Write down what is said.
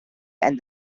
and